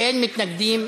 אין מתנגדים,